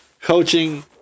coaching